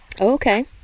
Okay